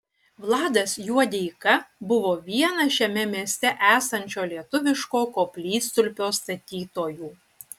vladas juodeika buvo vienas šiame mieste esančio lietuviško koplytstulpio statytojų